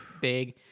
big